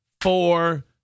four